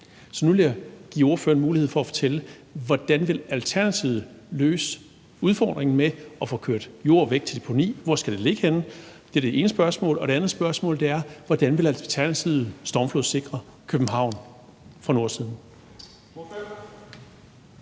Så nu vil jeg give ordføreren mulighed for at fortælle, hvordan Alternativet vil løse udfordringen med at få kørt jord væk til deponi. Hvor skal det ligge henne? Det er det ene spørgsmål. Det andet spørgsmål er: Hvordan vil Alternativet stormflodssikre København fra nordsiden?